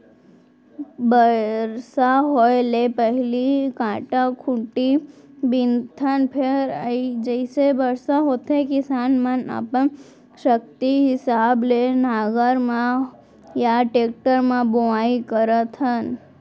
बरसा होए ले पहिली कांटा खूंटी बिनथन फेर जइसे बरसा होथे किसान मनअपन सक्ति हिसाब ले नांगर म या टेक्टर म बोआइ करथन